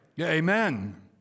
Amen